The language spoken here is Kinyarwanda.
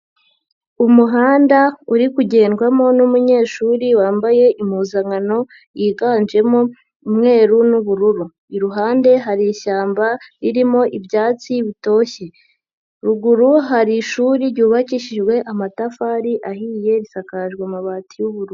Umuhanda uri kugendwamo n'umunyeshuri wambaye impuzankano yiganjemo umweru n'ubururu, iruhande hari ishyamba ririmo ibyatsi bitoshye, ruguru hari ishuri ryubakishijwe amatafari ahiye risakajwe amabati y'ubururu.